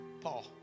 Paul